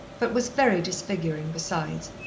but was very disfiguring besides,